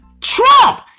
Trump